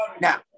now